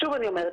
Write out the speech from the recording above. שוב אני אומרת,